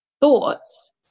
thoughts